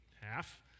Half